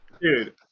Dude